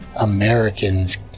Americans